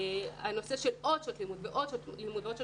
ויש את הנושא של עוד שעות לימוד ועוד שעות לימוד.